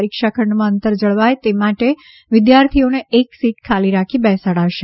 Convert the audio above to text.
પરીક્ષા ખંડમાં અંતર જળવાય તે માટે વિદ્યાર્થીઓને એક સીટ ખાલી રાખી બેસાડાશે